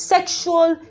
Sexual